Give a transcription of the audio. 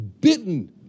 bitten